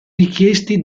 richiesti